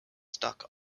stuck